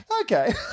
Okay